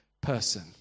person